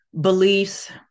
beliefs